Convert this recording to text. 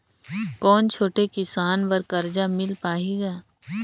कौन छोटे किसान बर कर्जा मिल पाही ग?